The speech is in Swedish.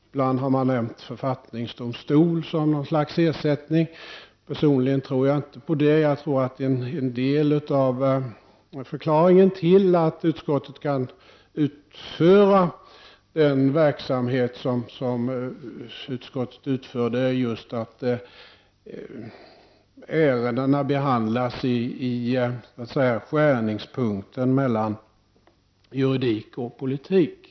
Ibland har författningsdomstol nämnts som någon sorts ersättning. Personligen tror jag inte att det skulle fungera. Jag tror att en del av förklaringen till att utskottet kan utföra sin verksamhet är just att ärendena behandlas i så att säga skärningspunkten mellan juridik och politik.